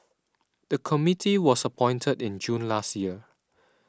the committee was appointed in June last year